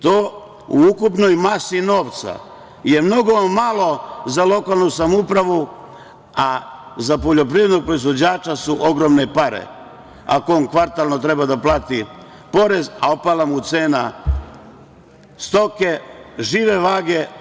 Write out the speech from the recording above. To u ukupnoj masi novca je mnogo malo za lokalnu samoupravu, a za poljoprivrednog proizvođača su ogromne pare, ako on kvartalno treba da plati porez, a opala mu cena stoke žive vage.